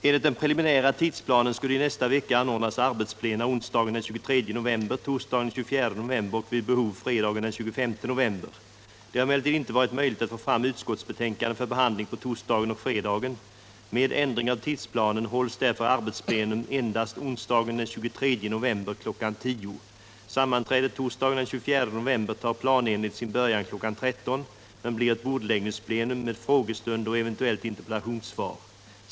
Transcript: Enligt den preliminära tidsplanen skulle i nästa vecka anordnas arbetsplena onsdagen den 23 november, torsdagen den 24 november och vid behov fredagen den 25 november. Det har emellertid inte varit möjligt att få fram utskottsbetänkanden för behandling på torsdagen och fredagen. Med ändring av tidsplanen hålls därför arbetsplenum endast onsdagen den 23 november kl. 10.00. Sammanträdet torsdagen den 24 november tar planenligt sin början kl. 13.00, men blir ett bordläggningsplenum med frågestund och eventuellt interpellationssvar.